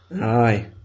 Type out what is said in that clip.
Aye